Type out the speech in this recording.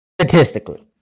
statistically